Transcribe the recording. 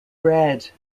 bred